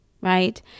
Right